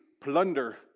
plunder